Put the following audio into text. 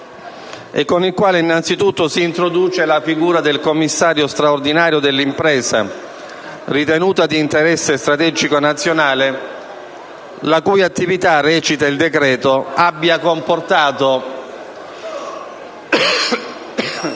con il quale innanzitutto si introduce la figura del commissario straordinario dell'impresa ritenuta di interesse strategico nazionale, la cui attività - recita il decreto - abbia comportato